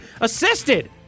assisted